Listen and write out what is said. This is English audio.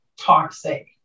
toxic